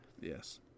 Yes